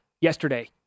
yesterday